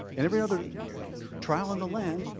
and every other trial in the lead